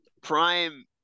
prime